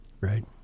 Right